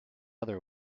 other